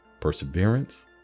perseverance